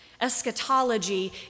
Eschatology